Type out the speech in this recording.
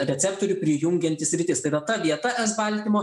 receptorių prijungianti sritis tai yra ta vieta s baltymo